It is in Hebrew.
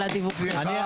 אדוני